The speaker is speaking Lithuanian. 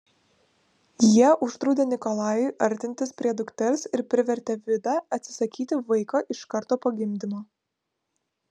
jie uždraudė nikolajui artintis prie dukters ir privertė vidą atsisakyti vaiko iš karto po gimdymo